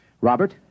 Robert